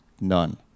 none